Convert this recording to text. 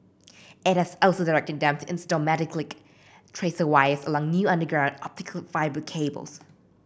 it has also directed them install metallic tracer wires along new underground optical fibre cables